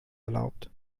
erlaubt